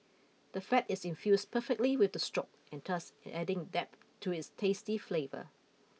the fat is infused perfectly with the stock and thus adding depth to its tasty flavour